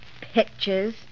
pictures